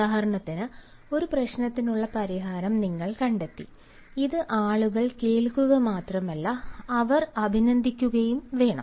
ഉദാഹരണത്തിന് ഒരു പ്രശ്നത്തിനുള്ള പരിഹാരം നിങ്ങൾ കണ്ടെത്തി ഇത് ആളുകൾ കേൾക്കുക മാത്രമല്ല അവർ അഭിനന്ദിക്കുകയും വേണം